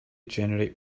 generate